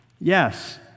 Yes